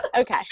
Okay